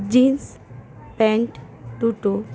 jeans pant দুটো